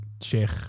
Sheikh